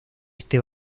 este